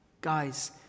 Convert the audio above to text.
Guys